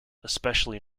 especially